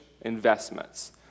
investments